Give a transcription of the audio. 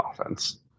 offense